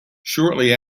shortly